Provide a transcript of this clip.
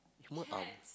human arms